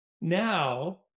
Now